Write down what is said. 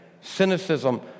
cynicism